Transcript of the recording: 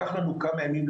כאמור, עדכון.